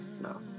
no